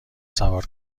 سوار